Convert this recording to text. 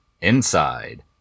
inside